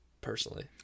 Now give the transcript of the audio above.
personally